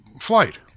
flight